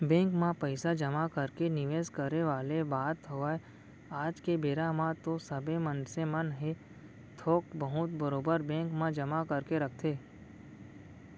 bank म पइसा जमा करके निवेस करे वाले बात होवय आज के बेरा म तो सबे मनसे मन ह थोक बहुत बरोबर बेंक म जमा करके रखथे